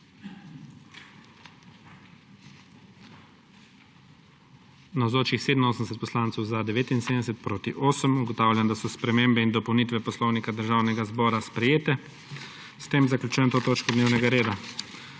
8. (Za je glasovalo 79.) (Proti 8.) Ugotavljam, da so spremembe in dopolnitve Poslovnika Državnega zbora sprejete. S tem zaključujem to točko dnevnega reda.